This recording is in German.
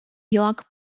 york